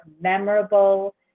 memorable